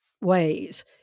ways